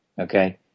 Okay